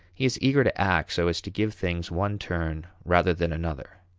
he is eager to act so as to give things one turn rather than another.